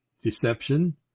deception